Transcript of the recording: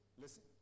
Listen